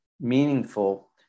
meaningful